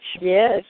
Yes